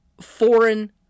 foreign